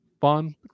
fun